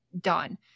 done